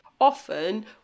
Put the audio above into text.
often